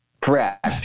Correct